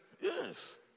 Yes